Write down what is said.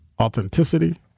authenticity